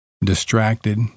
Distracted